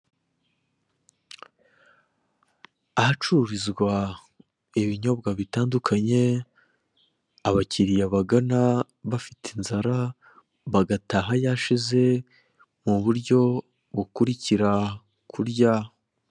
Ahacururizwa ibinyobwa bitandukanye abakiriya bagana bafite inzara, bagataha yashize mu buryo bukurikira: kurya,